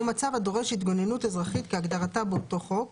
או מצב הדורש התגוננות אזרחית כהגדרתה באותו חוק,